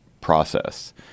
process